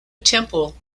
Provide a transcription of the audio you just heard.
temple